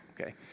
okay